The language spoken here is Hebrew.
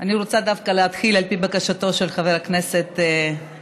אני רוצה דווקא להתחיל על פי בקשתו של חבר הכנסת נגוסה,